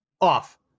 off